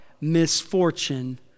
misfortune